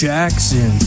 Jackson